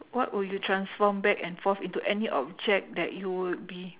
what will you transform back and forth into any object that you would be